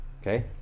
Okay